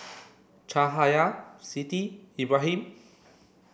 Cahaya Siti Ibrahim